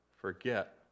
forget